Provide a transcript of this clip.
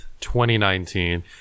2019